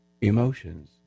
Emotions